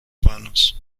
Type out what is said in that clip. vanos